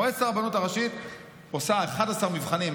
מועצת הרבנות הראשית עושה 11 מבחנים,